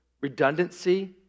redundancy